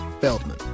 Feldman